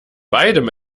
beidem